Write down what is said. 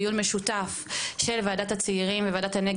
דיון משותף של ועדת הצעירים והוועדה המיוחדת לחיזוק